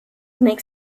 makes